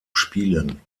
spielen